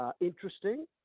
interesting